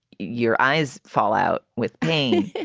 your eyes fall out with pain.